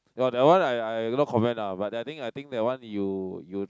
oh that one I I no comment ah but I think I think that one you you